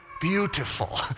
beautiful